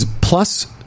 plus